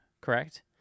correct